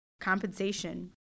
compensation